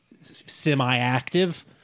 semi-active